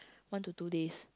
one to two days